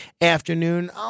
afternoon